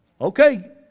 okay